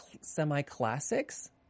semi-classics